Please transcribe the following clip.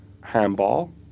handball